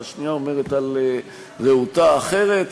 והשנייה אומרת על רעותה אחרת.